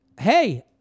Hey